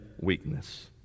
weakness